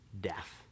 death